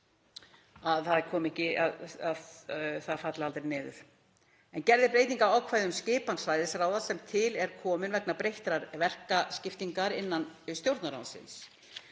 að það falli aldrei niður. Gerð er breyting á ákvæði um skipan svæðisráða sem til er komin vegna breyttrar verkaskiptingar innan Stjórnarráðsins.